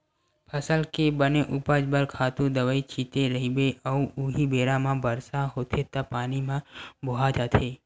फसल के बने उपज बर खातू दवई छिते रहिबे अउ उहीं बेरा म बरसा होगे त पानी म बोहा जाथे